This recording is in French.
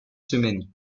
semaines